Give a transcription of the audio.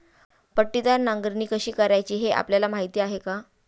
पट्टीदार नांगरणी कशी करायची हे आपल्याला माहीत आहे का?